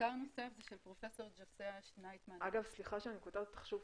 מחקר נוסף של פרופ' ג'וסיה שנייטמן --- סליחה שאני קוטעת שוב,